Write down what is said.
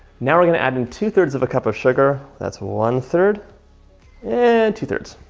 now we're gonna add in two thirds of a cup of sugar. that's one third and two thirds.